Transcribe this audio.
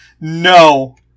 No